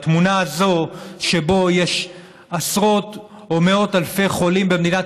התמונה הזאת שבה יש עשרות או מאות אלפי חולים במדינת